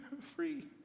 free